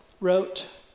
wrote